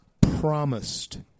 promised